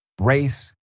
race